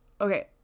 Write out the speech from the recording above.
okay